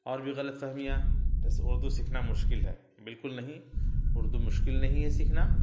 اور بھی غلط فہمیاں جیسے اردو سیکھنا مشکل ہے بالکل نہیں اردو مشکل نہیں ہے سیکھنا